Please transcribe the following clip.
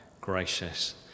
gracious